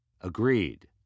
Agreed